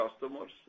customers